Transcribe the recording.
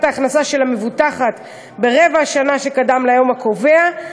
ההכנסה של המבוטחת ברבע השנה שקדם ליום הקובע,